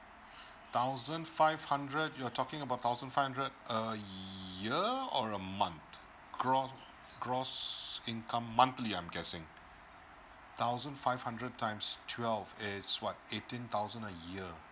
thousand five hundred you're talking about thousand five hundred a year or a month gr~ gross income monthly I'm guessing thousand five hundred times twelve it's what eighteen thousand a year